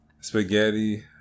spaghetti